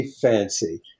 fancy